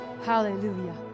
Hallelujah